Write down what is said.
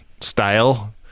style